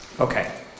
Okay